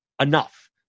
enough